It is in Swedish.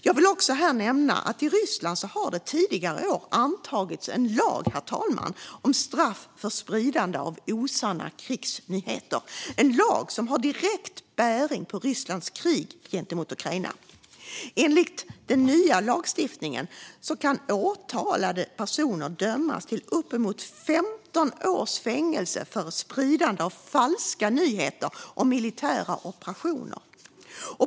Jag vill också, herr talman, nämna att det i Ryssland tidigare i år antagits en lag om straff för spridande av osanna krigsnyheter, en lag som har direkt bäring på Rysslands krig mot Ukraina. Enligt den nya lagstiftningen kan åtalade personer dömas till uppemot 15 års fängelse för spridande av falska nyheter om militära operationer.